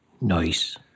Nice